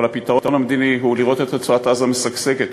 אבל הפתרון המדיני הוא לראות את רצועת-עזה משגשגת,